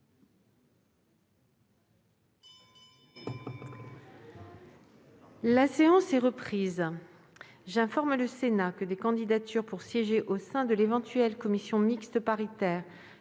La séance est reprise. J'informe le Sénat que des candidatures pour siéger au sein de l'éventuelle commission mixte paritaire